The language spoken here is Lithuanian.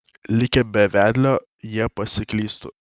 likę be vedlio jie pasiklystų